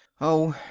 oh,